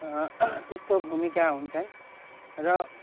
त्यस्तो भूमिका हुन्छन् र